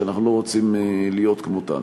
שאנחנו לא רוצים להיות כמותן.